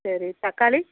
சரி தக்காளி